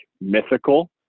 mythical